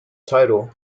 title